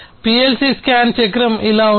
PLC scan చక్రం ఇలా ఉంటుంది